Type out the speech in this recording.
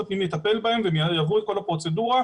הפנים יטפל בהם והם יעברו את כל הפרוצדורה,